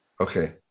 Okay